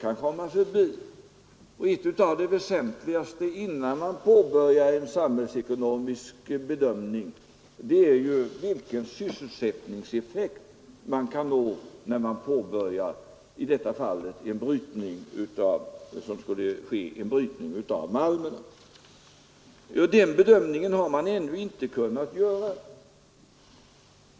Något av det väsentligaste i en samhällsekonomisk bedömning är ju vilken sysselsättningseffekt man kan nå när man påbörjar en verksamhet, i detta fall malmbrytning. Den bedömningen har ännu inte kunnat göras.